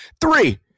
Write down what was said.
Three